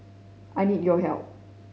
I need your help